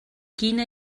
quina